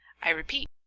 i repeat,